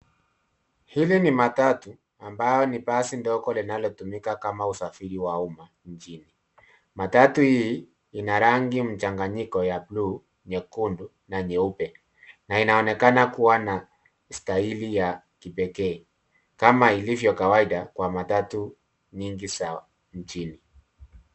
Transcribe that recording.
Hili ni matatu ambayo ni basi mdogo linalotumika kama usafiri wa umma nchini. Matatu hii ina rangi mchanganyiko ya buluu, nyekundu na nyeupe na inaonekana kuwa na stahili ya kipekee kama ilivyo kawaida kwa matatu nyingi za nchini.